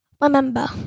Remember